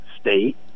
state